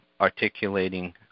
articulating